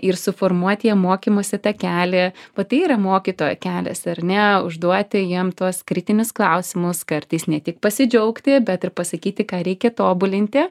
ir suformuoti jiem mokymosi tą kelią va tai yra mokytojo kelias ar ne užduoti jiem tuos kritinius klausimus kartais ne tik pasidžiaugti bet ir pasakyti ką reikia tobulinti